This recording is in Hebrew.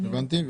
הבנתי,